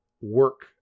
work